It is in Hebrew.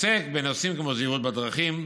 עוסק בנושאים כמו זהירות בדרכים,